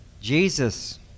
Jesus